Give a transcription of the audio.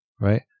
Right